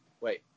Wait